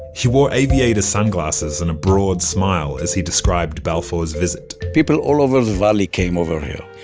he wore aviator sunglasses and a broad smile as he described balfour's visit people all over the valley came over here.